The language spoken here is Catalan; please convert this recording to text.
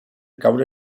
caure